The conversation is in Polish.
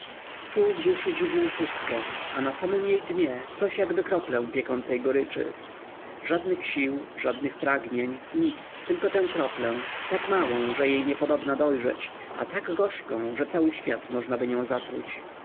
czuł w duszy dziwną pustkę a na samym jej dnie coś jakby kroplę piekącej goryczy żadnych sił żadnych pragnień nic tylko tę kroplę tak małą że jej niepodobna dojrzeć a tak gorzką że cały świat możnaby nią zatruć